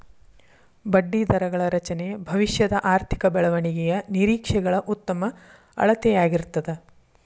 ಬಡ್ಡಿದರಗಳ ರಚನೆ ಭವಿಷ್ಯದ ಆರ್ಥಿಕ ಬೆಳವಣಿಗೆಯ ನಿರೇಕ್ಷೆಗಳ ಉತ್ತಮ ಅಳತೆಯಾಗಿರ್ತದ